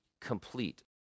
complete